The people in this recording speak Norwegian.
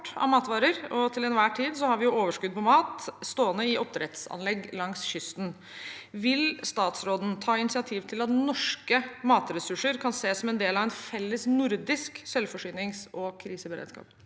en betydelig eksport av matvarer, og til enhver tid har vi overskudd på mat stående i oppdrettsanlegg langs kysten. Vil statsråden ta initiativ til at norske matressurser kan ses på som en del av en felles nordisk selvforsyning og kriseberedskap?